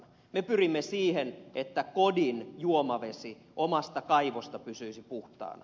me pyrimme siihen että kodin juomavesi omasta kaivosta pysyisi puhtaana